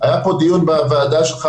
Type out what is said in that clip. היה פה דיון בוועדה שלך,